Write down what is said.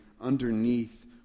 underneath